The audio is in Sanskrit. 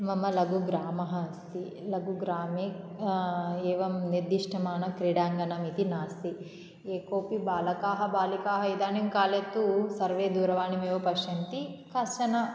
मम लघुग्रामः अस्ति लघुग्रामे एवं निर्दिष्टमानक्रीडाङ्गणम् इति नास्ति एकोऽपि बालकाः बालिकाः इदानीं काले तु सर्वे दूरवाणीमेव पश्यन्ति काश्चन